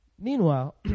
Meanwhile